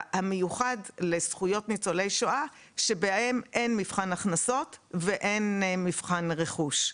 המיוחד לזכויות ניצולי שואה זה שבהן אין מבחן הכנסות ואין מבחן רכוש.